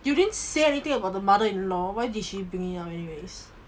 you didn't say anything about the mother in law why did she bring it up anyways